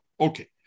Okay